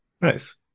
nice